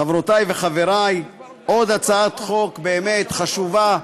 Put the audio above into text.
חברותי וחברי, עוד הצעת חוק באמת חשובה.